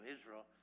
Israel